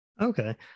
Okay